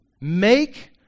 Make